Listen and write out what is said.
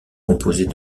composée